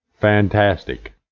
Fantastic